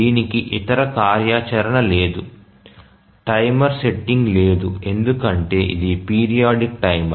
దీనికి ఇతర కార్యాచరణ లేదు టైమర్ సెట్టింగ్ లేదు ఎందుకంటే ఇది పీరియాడిక్ టైమర్